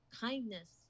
kindness